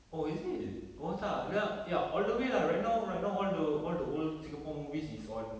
oh is it oh tak ya ya all the way lah right now right now all the all the old singapore movies is on